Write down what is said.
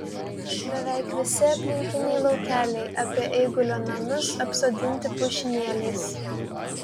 beveik visi aplinkiniai laukeliai apie eigulio namus apsodinti pušynėliais